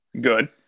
Good